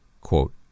quote